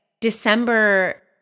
December